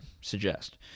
suggest